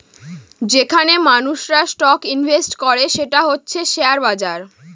যেইখানে মানুষেরা stock invest করে সেটা হচ্ছে শেয়ার বাজার